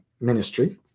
ministry